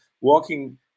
walking